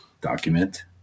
document